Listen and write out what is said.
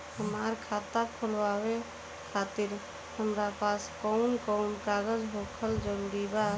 हमार खाता खोलवावे खातिर हमरा पास कऊन कऊन कागज होखल जरूरी बा?